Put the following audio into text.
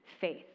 faith